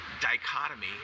dichotomy